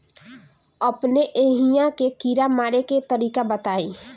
अपने एहिहा के कीड़ा मारे के तरीका बताई?